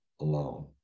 alone